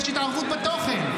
--- היום יש התערבות בתוכן.